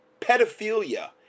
Pedophilia